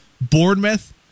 Bournemouth